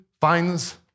finds